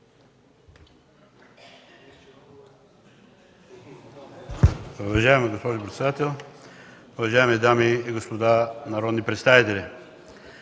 Уважаема госпожо председател, уважаеми дами и господа народни представители!